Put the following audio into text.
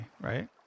right